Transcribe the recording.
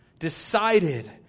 Decided